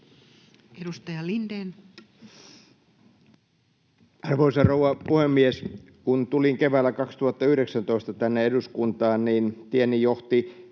Edustaja Lindén. Arvoisa rouva puhemies! Kun tulin keväällä 2019 tänne eduskuntaan, niin tieni johti